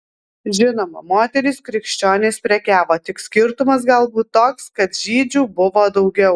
žinoma moterys krikščionės prekiavo tik skirtumas galbūt toks kad žydžių buvo daugiau